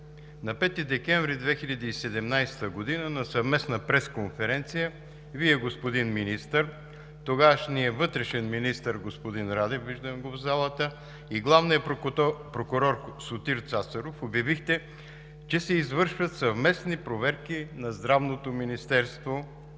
На 5 декември 2017 г. на съвместна пресконференция Вие, господин Министър, тогавашният вътрешен министър господин Радев, виждам го в залата, и главният прокурор Сотир Цацаров обявихте, че се извършват съвместни проверки на Здравното министерство,